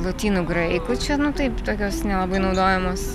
lotynų graikų čia nu taip tokios nelabai naudojamos